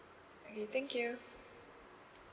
okay thank you